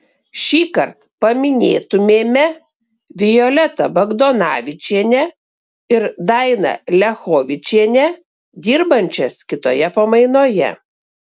šįkart paminėtumėme violetą bagdonavičienę ir dainą liachovičienę dirbančias kitoje pamainoje